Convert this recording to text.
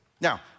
Now